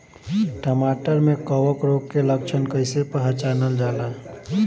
टमाटर मे कवक रोग के लक्षण कइसे पहचानल जाला?